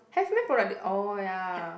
have meh product oh ya